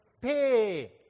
pay